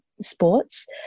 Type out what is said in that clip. sports